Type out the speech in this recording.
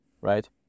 right